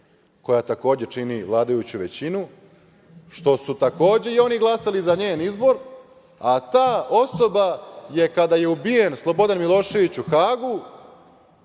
koja takođe čini vladajuću većinu, što su takođe i oni glasali za njen izbor, a ta osoba je kada je ubijen Slobodan Milošević u Hagu